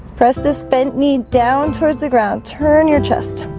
press this bent knee down towards the ground turn your chest